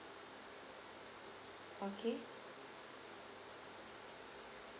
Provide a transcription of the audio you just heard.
okay